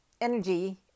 energy